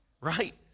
right